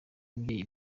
ababyeyi